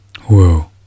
Whoa